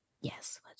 Yes